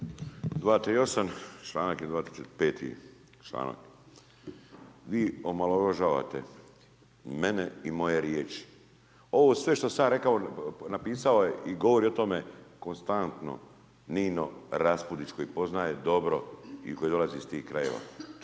238 članak 5. Vi omalovažavate mene i moje riječi. Ovo sve što sam ja rekao napisao je i govori o tome konstantno Nino Raspudić koji poznaje dobro i koji dolazi iz tih krajeva